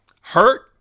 hurt